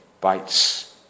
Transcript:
bites